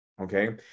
Okay